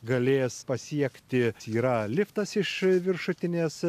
galės pasiekti yra liftas iš viršutinės